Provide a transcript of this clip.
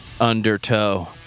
Undertow